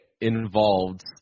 involved